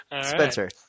Spencer